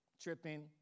tripping